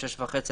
עד 18:30,